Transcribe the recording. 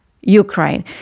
Ukraine